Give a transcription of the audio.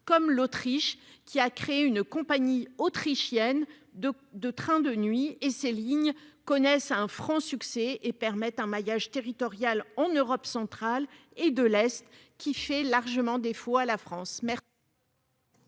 comme l'Autriche, qui a créé une compagnie autrichienne de trains de nuit. Ces lignes connaissent un franc succès et permettent un maillage territorial en Europe centrale et orientale qui fait largement défaut à la France.